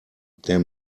der